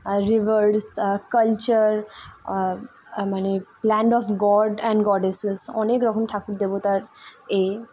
reverse culture মানে land of god and goddesses অনেক রকম ঠাকুর দেব তার এ